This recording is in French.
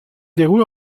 déroule